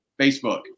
Facebook